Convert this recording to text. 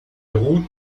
ruht